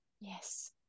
yes